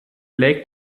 lake